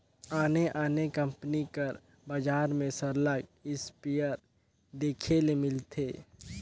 आने आने कंपनी कर बजार में सरलग इस्पेयर देखे ले मिलथे